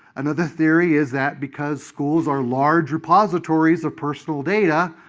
another theory is that because schools are large repositories of personal data,